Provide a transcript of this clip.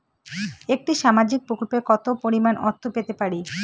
একটি সামাজিক প্রকল্পে কতো পরিমাণ অর্থ পেতে পারি?